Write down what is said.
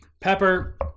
Pepper